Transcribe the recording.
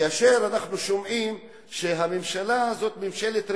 כאשר אנחנו שומעים שהממשלה הזאת היא ממשלת רווחה,